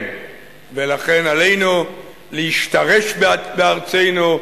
עלינו להשתרש בארצנו,